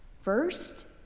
First